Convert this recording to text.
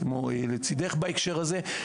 כמו "לצידך" בהקשר הזה,